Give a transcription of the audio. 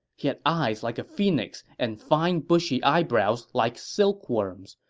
he had eyes like a phoenix's and fine bushy eyebrows like silkworms.